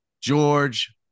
George